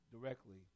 directly